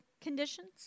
conditions